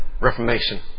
Reformation